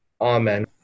Amen